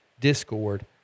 discord